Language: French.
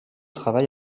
travail